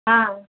ହଁ